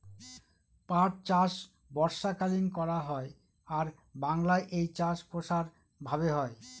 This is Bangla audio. পাট চাষ বর্ষাকালীন করা হয় আর বাংলায় এই চাষ প্রসার ভাবে হয়